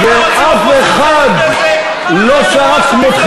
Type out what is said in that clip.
הוא לא רצה אופוזיציה,